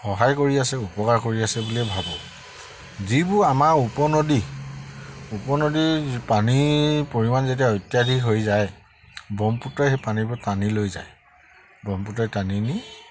সহায় কৰি আছে উপকাৰ কৰি আছে বুলিয়ে ভাবোঁ যিবোৰ আমাৰ উপনদী উপনদী পানীৰ পৰিমাণ যেতিয়া অত্যাধিক হৈ যায় ব্ৰক্ষ্মপুত্ৰই সেই পানীবোৰ টানি লৈ যায় ব্ৰক্ষ্মপুত্ৰই টানি নি